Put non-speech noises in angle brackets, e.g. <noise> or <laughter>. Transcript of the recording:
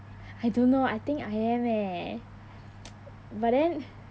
I don't know I think I am eh <noise> but then